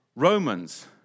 Romans